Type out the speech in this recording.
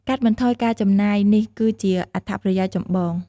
កាត់បន្ថយការចំណាយ: នេះគឺជាអត្ថប្រយោជន៍ចម្បង។